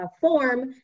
form